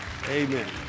Amen